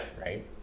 right